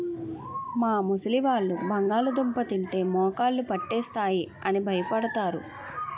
మా ముసలివాళ్ళు బంగాళదుంప తింటే మోకాళ్ళు పట్టేస్తాయి అని భయపడతారు